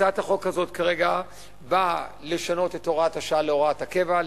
הצעת החוק הזאת כרגע באה לשנות את הוראת השעה להוראת הקבע,